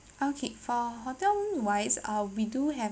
okay for hotel wise uh we do have